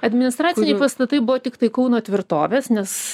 administraciniai pastatai buvo tiktai kauno tvirtovės nes